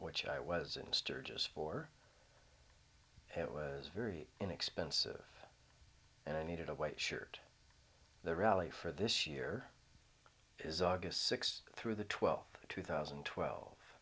which i was in sturgis for it was very inexpensive and i needed a white shirt the rally for this year is august sixth through the twelfth two thousand and twelve